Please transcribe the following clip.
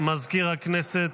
מזכיר הכנסת,